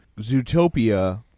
Zootopia